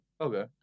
Okay